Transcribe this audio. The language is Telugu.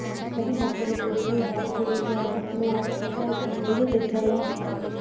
ఓరి మొక్కలు పెరిగే దానికి రేపు అంగట్లో పొటాసియం ఎరువు తెచ్చాల్ల